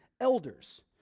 elders